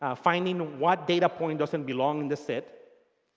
ah finding what data point doesn't belong in the set.